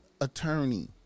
attorney